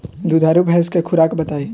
दुधारू भैंस के खुराक बताई?